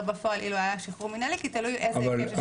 בפועל אילו היה שחרור מנהלי כי תלוי איזה היקף של שחרור מנהלי.